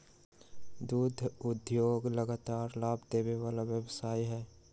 दुध उद्योग लगातार लाभ देबे वला व्यवसाय हइ